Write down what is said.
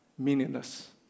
meaningless